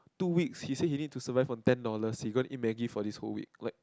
two weeks he say he need to survive on ten dollars he gonna eat Maggie for this whole week like